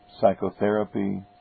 psychotherapy